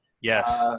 Yes